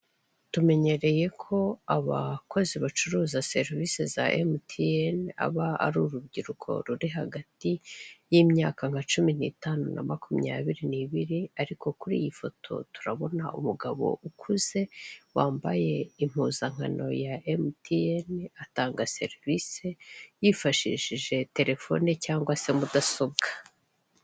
Tumenyereye ko abakozi bacuruza serivise za emutiyene aba ari urubyiruko ruri hagati yimyaka nka cumi n'itanu na makumyabiri n'ibiri ariko kuri iyi foto turabona umugabo ukuze wambaye impuzankano ya emutiyene atanga serivise yifashishije terefone cyangwa mudasobwa.